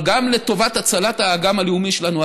אבל גם לטובת הצלת האגם הלאומי שלנו,